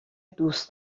دوست